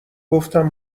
گفتم